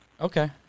Okay